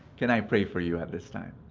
can i pray for you at this time?